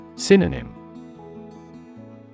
Synonym